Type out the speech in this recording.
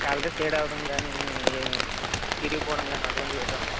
colour shade అవ్వడం కాని ఏమి చిరిగిపోవడం కాని అటువంటివి ఏటి ఉండవు